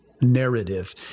narrative